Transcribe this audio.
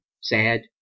sad